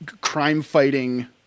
crime-fighting